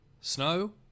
snow